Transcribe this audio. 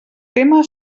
tema